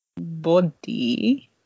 body